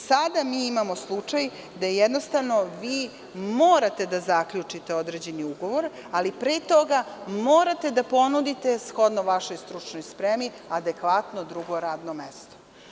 Sada mi imamo slučaj da jednostavno vi morate da zaključite određeni ugovor, ali pre toga morate da ponudite, shodno vašoj stručnoj spremi, adekvatno drugo radno mesto.